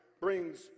brings